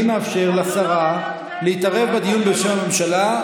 אני מאפשר לשרה להתערב בדיון בשם הממשלה,